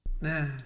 Nah